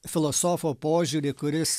filosofo požiūrį kuris